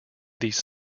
these